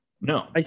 no